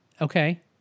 Okay